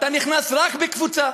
אתה נכנס רק בקבוצה.